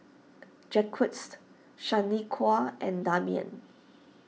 Jacquesed Shaniqua and Damian